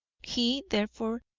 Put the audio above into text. he, therefore,